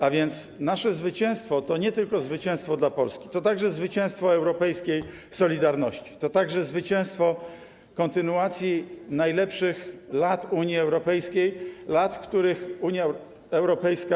A więc nasze zwycięstwo to nie tylko zwycięstwo dla Polski, to także zwycięstwo europejskiej solidarności, to także zwycięstwo kontynuacji najlepszych lat Unii Europejskiej, lat, w których Unia Europejska.